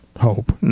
hope